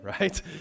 right